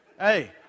Hey